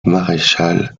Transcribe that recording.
marechal